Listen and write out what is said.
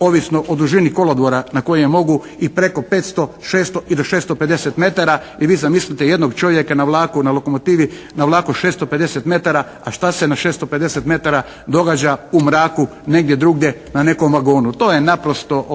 ovisno o dužini kolodvora na koje mogu i preko 500, 600 i do 650 metara i vi zamislite jednog čovjeka na vlaku, na lokomotivi, na vlaku 650 metara, a šta se na 650 metara događa u mraku negdje drugdje na nekom vagonu. To je naprosto